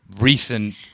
recent